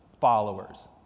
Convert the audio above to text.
followers